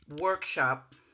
workshop